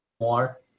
more